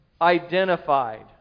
identified